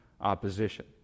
opposition